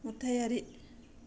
नुथायारि